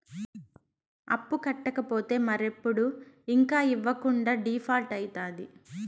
అప్పు కట్టకపోతే మరెప్పుడు ఇంక ఇవ్వకుండా డీపాల్ట్అయితాది